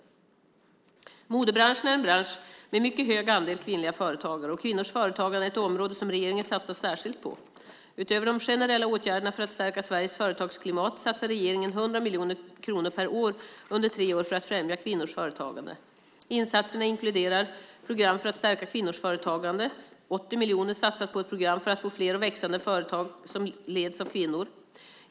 Modebranschen är en bransch med mycket stor andel kvinnliga företagare och kvinnors företagande är ett område som regeringen satsar särskilt på. Utöver de generella åtgärderna för att stärka Sveriges företagsklimat satsar regeringen 100 miljoner kronor per år under tre år för att främja kvinnors företagande. Insatserna inkluderar: Program för att stärka kvinnors företagande: 80 miljoner satsas på ett program för att få fler och växande företag som leds av kvinnor.